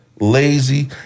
Lazy